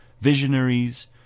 visionaries